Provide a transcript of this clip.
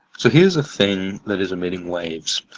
so here's a thing that is emitting waves.